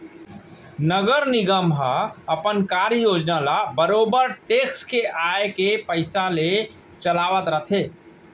नगर निगम ह अपन कार्य योजना ल बरोबर टेक्स के आय पइसा ले चलावत रथे